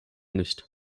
nicht